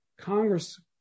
Congress